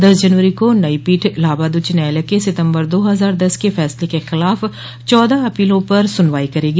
दस जनवरी को नई पीठ इलाहाबाद उच्च न्यायालय के सितम्बर दो हजार दस के फैसले के खिलाफ चौदह अपीलों पर सुनवाई करेगी